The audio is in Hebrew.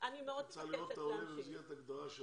אני באמת מבקשת, תנו לי להמשיך.